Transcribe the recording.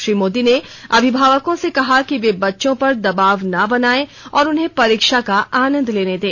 श्री मोदी ने अभिभावकों से कहा कि वे बच्चों पर दबाव न बनाएं और उन्हें परीक्षा का आनंद लेने दें